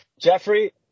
Jeffrey